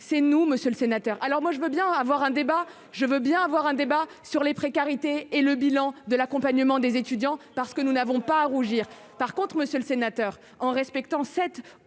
c'est nous, monsieur le sénateur, alors moi je veux bien avoir un débat, je veux bien avoir un débat sur les précarités et le bilan de l'accompagnement des étudiants parce que nous n'avons pas à rougir, par contre, Monsieur le Sénateur, en respectant cette cette